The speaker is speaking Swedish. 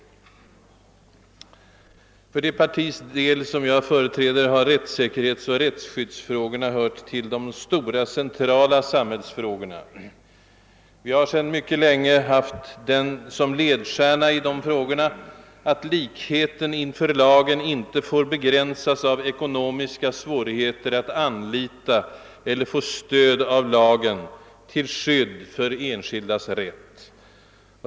För det partis del som jag företräder har rättssäkerhetsoch rättsskyddsfrå gorna hört till de stora centrala samhällsfrågorna. Vi har sedan mycket länge haft som ledstjärna i dessa frågor, att likheten inför lagen inte får begränsas av ekonomiska svårigheter att anlita eller få stöd av lagen till skydd för den enskildes rätt.